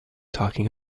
talking